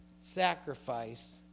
sacrifice